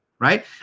Right